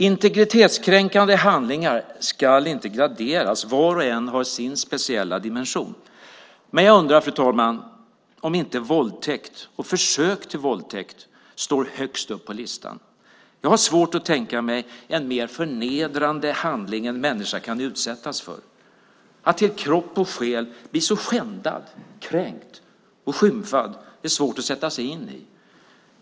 Integritetskränkande handlingar ska inte graderas. Var och en har sin speciella dimension. Men jag undrar, fru talman, om inte våldtäkt och försök till våldtäkt står högst upp på listan. Jag har svårt att tänka mig en mer förnedrande handling en människa kan utsättas för. Att till kropp och själ bli så skändad, kränkt och skymfad är svårt att sätta sig in i.